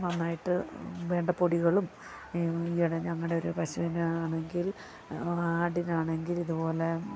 നന്നായിട്ട് വേണ്ട പൊടികളും ഈയിടെ ഞങ്ങളുടെ ഒരു പശുവിനാണെങ്കിൽ ആടിനാണെങ്കിൽ ഇതു പോലെ